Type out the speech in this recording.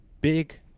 big